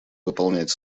выполнять